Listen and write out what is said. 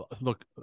look